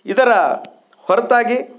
ಇದರ ಹೊರತಾಗಿ